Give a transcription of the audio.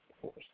force